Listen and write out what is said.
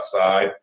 outside